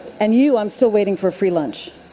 and you, i'm still waiting for a free lunch.